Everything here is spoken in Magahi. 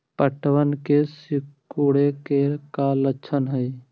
पत्तबन के सिकुड़े के का लक्षण हई?